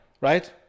right